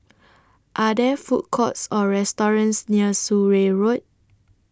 Are There Food Courts Or restaurants near Surrey Road